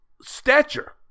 stature